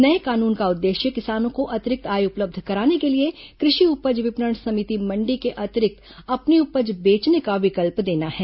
नए कानून का उद्देश्य किसानों को अतिरिक्त आय उपलब्ध कराने के लिए कृषि उपज विपणन समिति मण्डी के अतिरिक्त अपनी उपज बेचने का विकल्प देना है